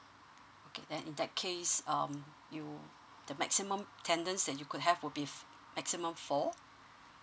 okay then in that case um you the maximum tenants that you could have would be maximum four